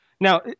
Now